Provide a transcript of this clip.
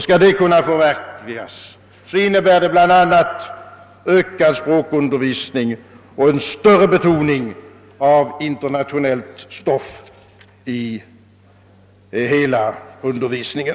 Skall det kunna förverkligas, krävs det bl.a. ökad språkundervisning och mera betoning av internationellt stoff i hela undervisningen.